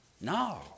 No